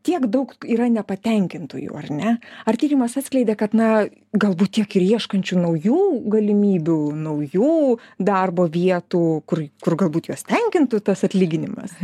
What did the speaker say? tiek daug yra nepatenkintųjų ar ne ar tyrimas atskleidė kad na galbūt tiek ir ieškančių naujų galimybių naujų darbo vietų kur kur galbūt juos tenkintų tas atlyginimas